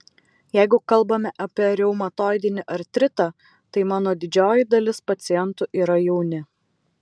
jeigu kalbame apie reumatoidinį artritą tai mano didžioji dalis pacientų yra jauni